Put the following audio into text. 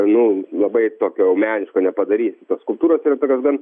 nu labai tokio meniško nepadarysi skulptūros yra tokios gan